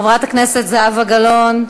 חברת הכנסת זהבה גלאון,